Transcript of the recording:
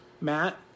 Matt